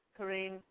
Kareem